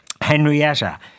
Henrietta